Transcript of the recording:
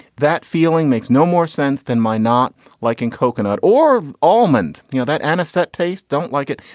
that feeling makes no more sense than my not liking coconut or almond. you know that anisette taste. don't like it.